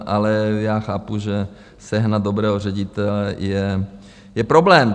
Ale já chápu, že sehnat dobrého ředitele je problém.